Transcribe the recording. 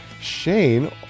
Shane